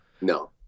no